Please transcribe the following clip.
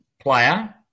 player